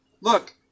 Look